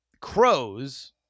Crows